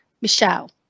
Michelle